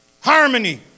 Harmony